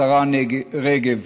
השרה רגב,